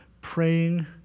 Praying